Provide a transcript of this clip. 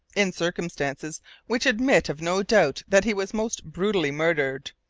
in circumstances which admit of no doubt that he was most brutally murdered.